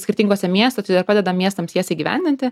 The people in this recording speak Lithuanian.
skirtinguose miestuose ir padeda miestams jas įgyvendinti